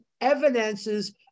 evidences